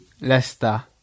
Leicester